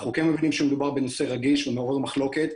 אנחנו כן מבינים שמדובר בנושא רגיש ומעורר מחלוקת,